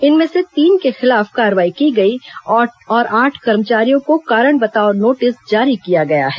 इनमें से तीन के खिलाफ कार्रवाई की गई और आठ कर्मचारियों को कारण बताओ नोटिस जारी किया गया है